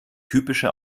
typische